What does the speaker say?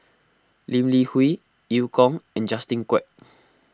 Lee Li Hui Eu Kong and Justin Quek